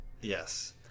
Yes